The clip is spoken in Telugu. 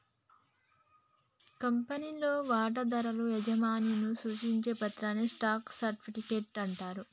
కంపెనీలో వాటాదారుల యాజమాన్యాన్ని సూచించే పత్రాన్ని స్టాక్ సర్టిఫికెట్ అంటారు